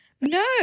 No